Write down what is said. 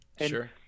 Sure